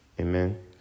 Amen